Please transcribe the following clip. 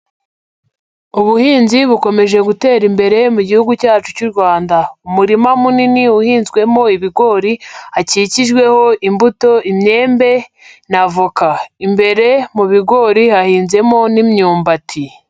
Ubuhinzi bukomeje gutera imbere mu gihugu cyacu cy'u Rwanda, umurima munini uhinzwemo ibigori hakikijweho imbuto imyembe n'avoka, imbere mu bigori hahinzemo n'imyumbati.